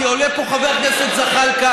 כי עולה פה חבר הכנסת זחאלקה,